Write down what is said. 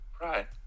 Right